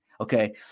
Okay